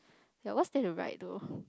that one still we write though